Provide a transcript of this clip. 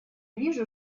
вижу